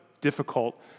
difficult